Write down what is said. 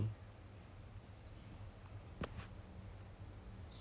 ya so she was finding a job lor then after that I saw it this on err